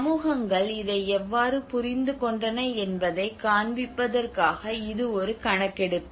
சமூகங்கள் இதை எவ்வாறு புரிந்துகொண்டன என்பதைக் காண்பிப்பதற்காக இது ஒரு கணக்கெடுப்பு